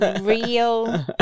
real